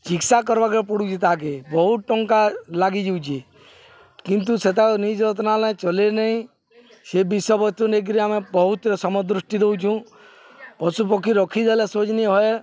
ଚିକିତ୍ସା କର୍ବାକେ ପଡ଼ୁଚି ତାହାକେ ବହୁତ ଟଙ୍କା ଲାଗିଯାଉଚେ କିନ୍ତୁ ସେଟ ନି ଯତ୍ନ ହେଲାଲେ ଚଲେନହିଁ ସେ ବିଷୟବତୁ ନେଇକିରି ଆମେ ବହୁତ ସମୟ ଦୃଷ୍ଟି ଦଉଛୁଁ ପଶୁପକ୍ଷୀ ରଖିଦେଲେ ସହଜନି ହଏ